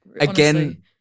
Again